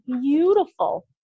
beautiful